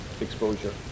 exposure